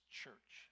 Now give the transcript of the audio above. church